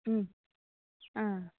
हा